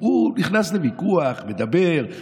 הוא נכנס לוויכוח, מדבר.